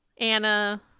Anna